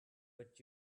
but